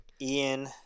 Ian